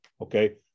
okay